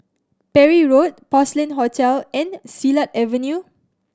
Parry Road Porcelain Hotel and Silat Avenue